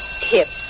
hips